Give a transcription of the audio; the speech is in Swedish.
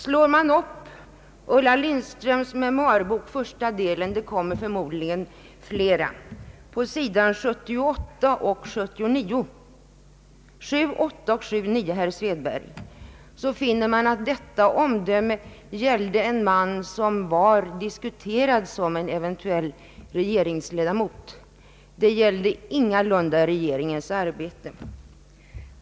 Slår man upp Ulla Lindströms memoarbok, första delen — det kommer förmodligen flera — s. 78 och 79, herr Svedberg, så finner man att detta omdöme gällde en man som var diskuterad som en eventuell regeringsledamot. Det gällde ingalunda regeringens arbete.